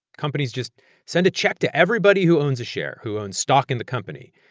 companies just send a check to everybody who owns a share, who own stock in the company.